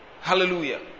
Hallelujah